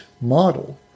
model